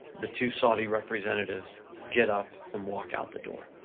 the two saudi representatives get up and walk out the door.